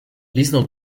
liznął